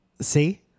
see